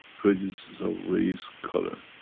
prejudices of race color,